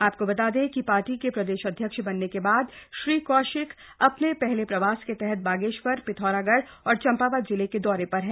आपको बता दें कि पार्टी के प्रदेश अध्यक्ष बनने के बाद श्री कौशिक अपने पहले प्रवास के तहत बागेश्वर पिथौरागढ़ और चंपावत जिले के दौरे पर हैं